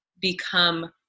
become